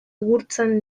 gurtzen